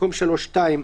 במקום 3(2)